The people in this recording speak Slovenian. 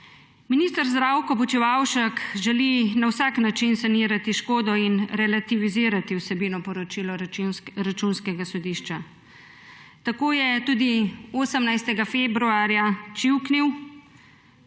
Minister Zdravko Počivalšek želi na vsak način sanirati škodo in relativizirati vsebino poročila Računskega sodišča. Tako je tudi 18. februarja čivknil: